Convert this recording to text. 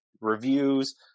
reviews